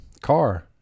car